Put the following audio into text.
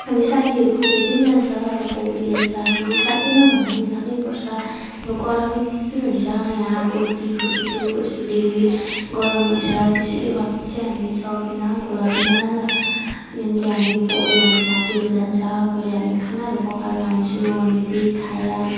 हामी साथीहरू धेरै जान्छ अब पौडी खेल्छ हामी जाँदैनौँ भन्दा नि जानैपर्छ हाम्रो गरमै त्यस्तै हुन्छ यहाँ फोर्टी फोर्टी टु यस्तो डिग्री गरम हुन्छ त्यसैले गर्दा त्यसैले हामी सक्दैन खोला बिना र यहाँनेरि हामी पौडी हामी साथीहरू जान्छ कोहीले हामी खानाहरू पकाएर लान्छु अनि त्यही खाएर